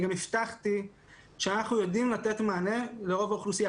אני גם הבטחתי שאנחנו יודעים לתת מענה לרוב האוכלוסייה.